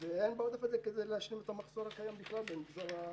ואין בעודף הזה כדי להשלים את המחסור הקיים בכלל במגזר,